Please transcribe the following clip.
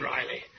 Riley